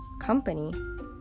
company